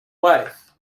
wife